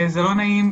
זה לא נעים,